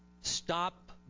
stop